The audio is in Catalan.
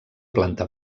planta